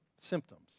symptoms